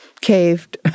caved